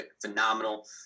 phenomenal